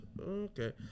okay